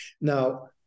Now